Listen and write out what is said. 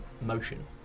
motion